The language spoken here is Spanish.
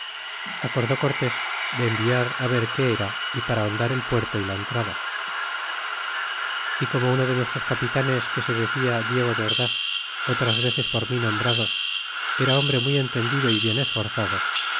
cortés de enviará ver qué era y para hondar el puerto y la entrada y como uno de nuestros capitanes que se decia diego de ordas otras veces por mí nombrado era hombre muy entendido y bien esforzado